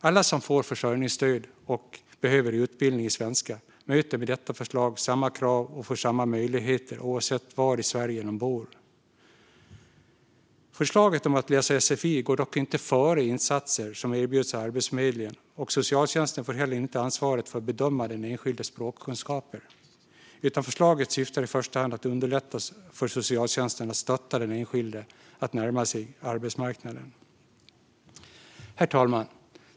Alla som får försörjningsstöd och behöver utbildning i svenska möter med detta förslag samma krav och får samma möjligheter, oavsett var i Sverige de bor. Förslaget om att läsa sfi går dock inte före insatser som erbjuds av Arbetsförmedlingen, och socialtjänsten får heller inte ansvaret för att bedöma den enskildes språkkunskaper. Förslaget syftar i första hand till att underlätta för socialtjänsten att stötta den enskilde att närma sig arbetsmarknaden. Herr talman!